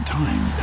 time